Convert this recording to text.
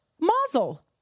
Mazel